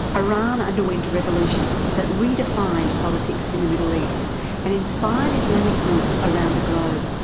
iran underwent a revolution that redefined politics in the middle east and inspired islamic groups around the globe.